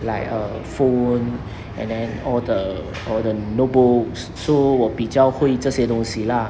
like uh phone and then all the all the notebooks so 我比较会这些东西 lah